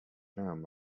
found